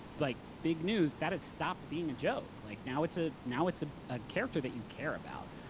like big news, that has stopped being a joke. like now it's ah now it's ah a character that you care about.